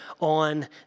on